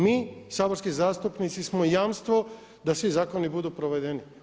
Mi, saborski zastupnici, smo jamstvo da svi zakoni budu provedeni.